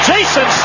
Jason